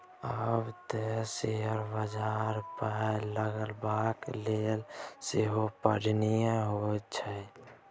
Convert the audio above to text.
आब तँ शेयर बजारमे पाय लगेबाक लेल सेहो पढ़ौनी होए छै